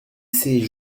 ces